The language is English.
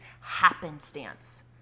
happenstance